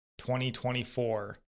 2024